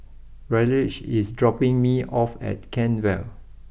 Ryleigh is dropping me off at Kent Vale